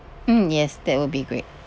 mm yes that will be great